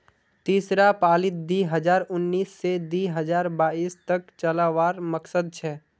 तीसरा पालीत दी हजार उन्नीस से दी हजार बाईस तक चलावार मकसद छे